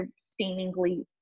seemingly